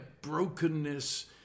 brokenness